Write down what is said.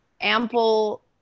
ample